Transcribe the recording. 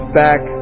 back